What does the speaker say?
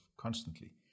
constantly